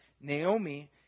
Naomi